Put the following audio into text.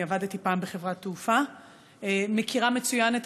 אני עבדתי פעם בחברת תעופה ואני מכירה מצוין את